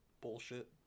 bullshit